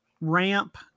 ramp